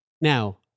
Now